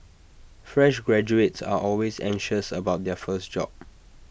fresh graduates are always anxious about their first job